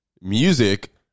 music